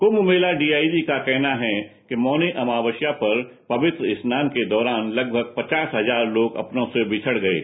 Kumbh Mela D I G का कहना है कि मौनी अमावस्या पर पवित्र स्नान के बाद लगभग प्रचास हजार लोग अपनों से विछड़ गये